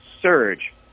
surge